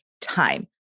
time